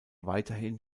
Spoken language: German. weiterhin